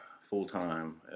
full-time